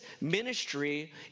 ministry